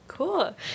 Cool